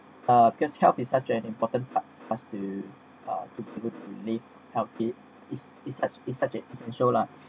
uh because health is such an important part fast to uh to people to live healthy it is is such is such is essential lah